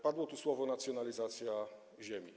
Padły tu słowa: nacjonalizacja ziemi.